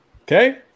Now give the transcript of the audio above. Okay